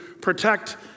protect